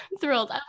thrilled